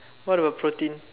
what a poor thing